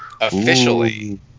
Officially